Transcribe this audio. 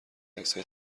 عکسهای